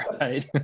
right